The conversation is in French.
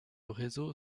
réseau